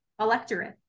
electorate